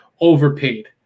overpaid